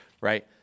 right